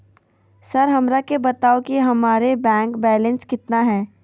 Sir हमरा के बताओ कि हमारे बैंक बैलेंस कितना है?